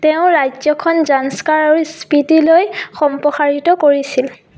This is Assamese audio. তেওঁ ৰাজ্যখন জাংস্কাৰ আৰু স্পিতিলৈ সম্প্ৰসাৰিত কৰিছিল